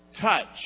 Touch